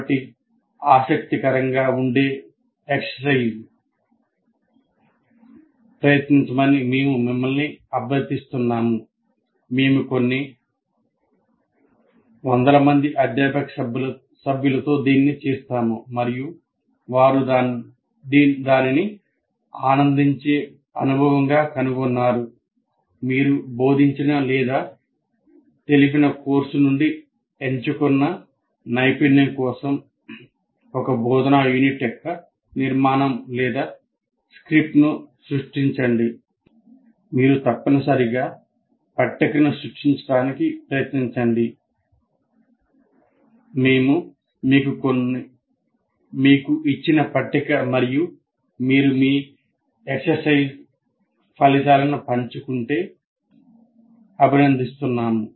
కాబట్టి ఆసక్తికరంగా ఉండే వ్యాయామాన్ని ఫలితాలను పంచుకుంటే అభినందిస్తున్నాము